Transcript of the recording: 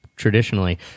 traditionally